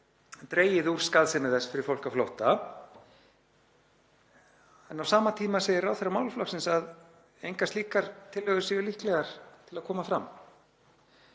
dregið úr skaðsemi þess fyrir fólk á flótta. En á sama tíma segir ráðherra málaflokksins að engar slíkar tillögur séu líklegar til að koma fram.